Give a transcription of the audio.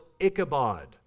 Ichabod